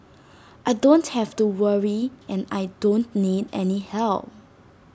I don't have to worry and I don't need any help